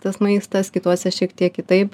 tas maistas kituose šiek tiek kitaip